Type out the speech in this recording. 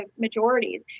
majorities